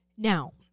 Now